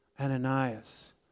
Ananias